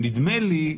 נדמה לי,